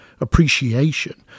appreciation